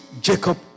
Jacob